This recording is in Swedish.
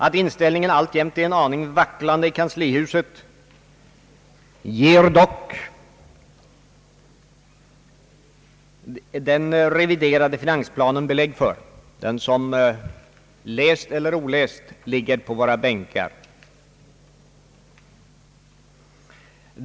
Att inställningen alltjämt är en aning vacklande i kanslihuset ger dock den reviderade finansplanen belägg för — den som läst eller oläst ligger på våra bänkar.